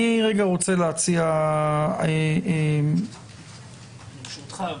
ברשותך,